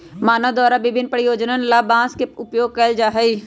मानव द्वारा विभिन्न प्रयोजनों ला बांस के उपयोग कइल जा हई